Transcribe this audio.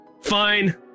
Fine